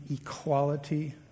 equality